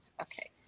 Okay